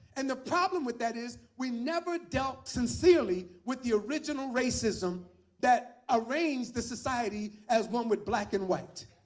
and the problem with that is we never dealt sincerely with the original racism that arranged the society as one with black and white.